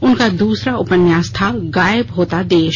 उनका दूसरा उपन्यास था गायब होता देश